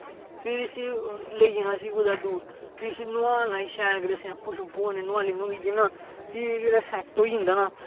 फिर इसी लेई जाना इसी कुतै दूर फिर इसी नुहालना शैल करियै शैम्पो कन्नै नुहालियै ना फ्ही जिसलै सैट्ट होई जंदा ना